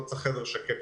לא צריך חדר שקט,